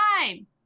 time